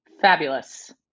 Fabulous